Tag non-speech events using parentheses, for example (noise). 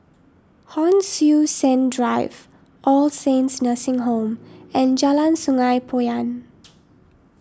Hon Sui Sen Drive All Saints Nursing Home and Jalan Sungei Poyan (noise)